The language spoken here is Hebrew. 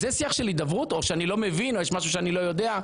זה שיח של הידברות או שאני לא מבין או שיש משהו שאני לא יודע?